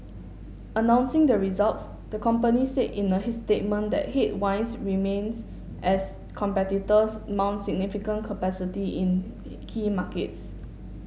announcing the results the company said in a statement that headwinds remains as competitors mount significant capacity in key markets